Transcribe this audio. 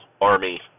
army